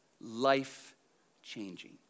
life-changing